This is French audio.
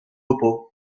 repos